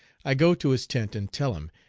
i go to his tent and tell him,